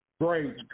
great